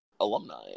alumni